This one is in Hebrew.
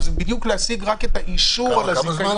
זה גם כדי להשיג עוד איזה אישור על הזיכיון,